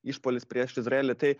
išpuolis prieš izraelį tai